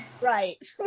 Right